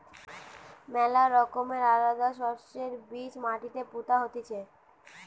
ম্যালা রকমের আলাদা শস্যের বীজ মাটিতে পুতা হতিছে